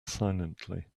silently